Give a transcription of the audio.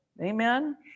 Amen